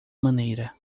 maneira